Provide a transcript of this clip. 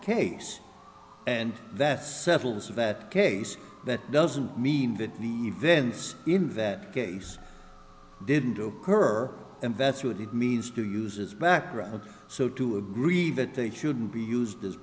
case and that settles that case that doesn't mean that the events in that case didn't do her and that's what it means to use as background so to agree that they shouldn't be used as